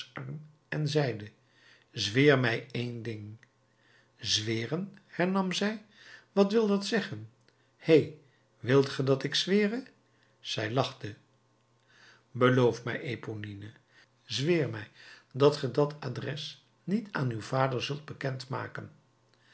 en zeide zweer mij één ding zweren hernam zij wat wil dat zeggen hé wilt ge dat ik zwere zij lachte beloof mij eponine zweer mij dat ge dat adres niet aan uw vader zult bekend maken